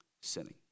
sinning